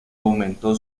aumentó